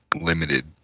limited